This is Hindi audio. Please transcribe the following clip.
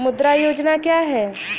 मुद्रा योजना क्या है?